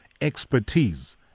expertise